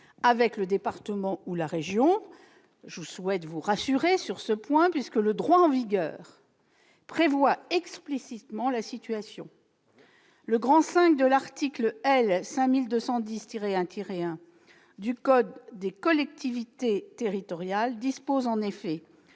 avec le département ou la région. Je souhaite vous rassurer sur ce point, puisque le droit en vigueur prévoit explicitement la situation. Le V de l'article L. 5210-1-1 du code général des collectivités territoriales dispose en effet